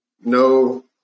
no